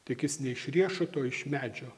tik jis ne iš riešuto iš medžio